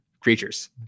creatures